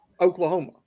Oklahoma